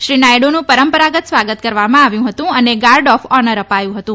શ્રી નાયડ઼નું પરંપરાગત સ્વાગત કરાયું હતું અને ગાર્ડ ઓફ ઓનર અપાયું હતું